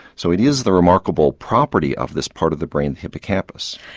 so it is the remarkable property of this part of the brain, the hippocampus.